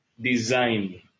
design